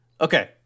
okay